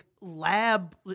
lab